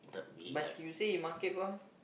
but you say you market mah